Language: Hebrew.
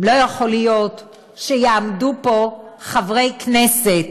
גם לא יכול להיות שיעמדו פה חברי כנסת